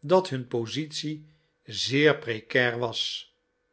dat hun positie zeer precaz'r was